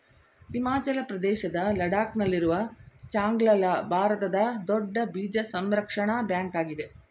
ಹಿಮಾಚಲ ಪ್ರದೇಶದ ಲಡಾಕ್ ನಲ್ಲಿರುವ ಚಾಂಗ್ಲ ಲಾ ಭಾರತದ ದೊಡ್ಡ ಬೀಜ ಸಂರಕ್ಷಣಾ ಬ್ಯಾಂಕ್ ಆಗಿದೆ